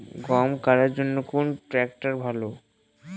গম কাটার জন্যে কোন ট্র্যাক্টর ভালো?